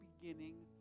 beginning